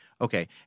okay